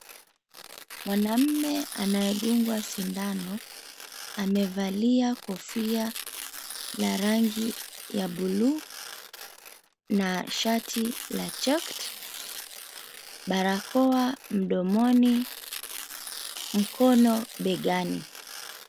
Mwanamume anayedungwa sindano amevalia kofia ya rangi ya buluu na shati la checked akiwa na barakoa mdomoni ameeeka mkono begani.